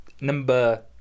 number